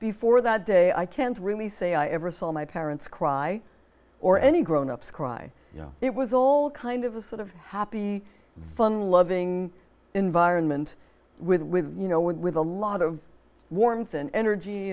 before that day i can't really say i ever saw my parents cry or any grown ups cry you know it was all kind of a sort of happy von loving environment with with you know with a lot of warmth and energy